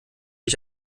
ich